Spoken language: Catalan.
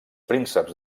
prínceps